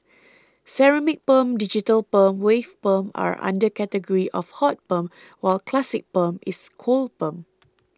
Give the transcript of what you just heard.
ceramic perm digital perm wave perm are under category of hot perm while classic perm is cold perm